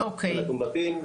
אום בטין,